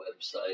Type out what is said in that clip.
website